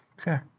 Okay